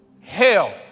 hell